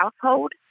household